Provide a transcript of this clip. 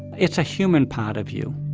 it's a human part of you